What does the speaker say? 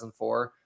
2004